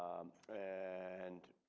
and.